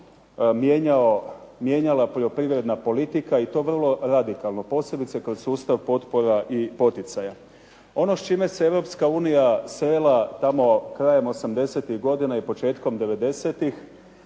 mijenjala poljoprivredna politika i to vrlo radikalno, posebice kroz sustav potpora i poticaja. Ono s čime se Europska unija srela tamo krajem osamdesetih godina i početkom